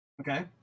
Okay